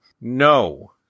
no